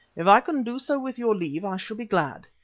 if i can do so with your leave i shall be glad.